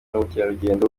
n’ubukerarugendo